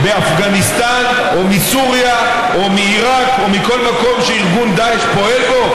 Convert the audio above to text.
באפגניסטן או בסוריה או בעיראק או מכול מקום שארגון דאעש פועל בו?